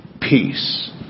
peace